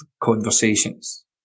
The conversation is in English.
conversations